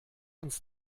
uns